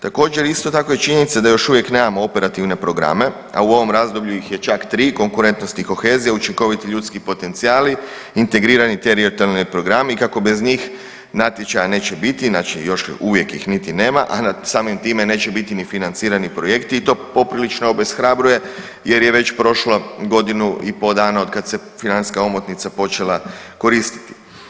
Također isto tako je činjenica da još uvijek nemamo operativne programe, a u ovom razdoblju ih je čak 3, konkurentnost i kohezija, učinkoviti ljudski potencijali, integrirani teritorijalni programi, kako bez njih natječaja neće biti, inače još uvijek ih niti nema, a nad samim time neće biti ni financirani projekti i to poprilično obeshrabruje jer je već prošlo godinu i po dana otkad se financijska omotnica počela koristiti.